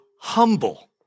humble